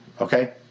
okay